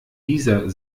dieser